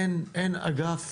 אין אגף